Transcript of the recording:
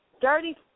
dirty